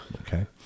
Okay